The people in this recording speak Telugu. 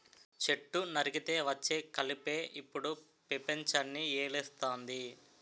చెట్టు నరికితే వచ్చే కలపే ఇప్పుడు పెపంచాన్ని ఏలేస్తంది